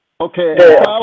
Okay